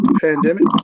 pandemic